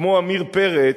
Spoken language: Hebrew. כמו עמיר פרץ,